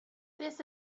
this